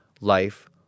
life